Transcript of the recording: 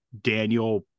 Daniel